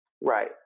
Right